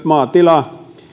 maatila